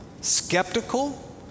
skeptical